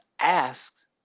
asked